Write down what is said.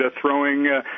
throwing